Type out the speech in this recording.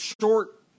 short